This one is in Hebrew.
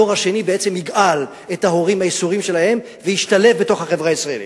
הדור השני בעצם יגאל את ההורים מהייסורים שלהם וישתלב בחברה הישראלית.